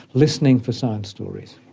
listening for science stories.